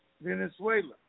Venezuela